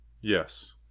Yes